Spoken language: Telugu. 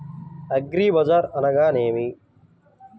అగ్రిబజార్ అనగా నేమి?